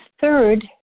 Third